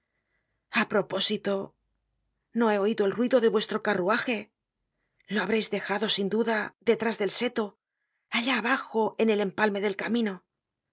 a propósito no he oido el ruido de vuestro carruaje lo habreis dejado sin duda detrás del seto allá abajo en el empalme del camino no